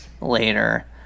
later